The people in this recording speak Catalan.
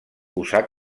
usar